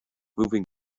moving